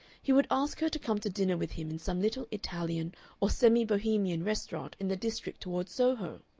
he would ask her to come to dinner with him in some little italian or semi-bohemian restaurant in the district toward soho,